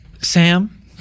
Sam